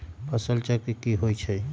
फसल चक्र की होइ छई?